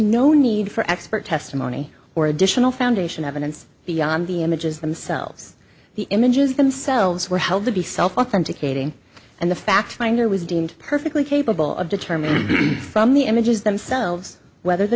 no need for expert testimony or additional foundation evidence beyond the images themselves the images themselves were held to be self authenticating and the fact finder was deemed perfectly capable of determining from the images themselves whether the